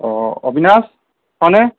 অবিনাশ হয়নে